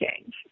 change